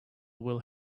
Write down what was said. will